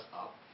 up